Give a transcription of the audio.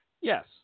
yes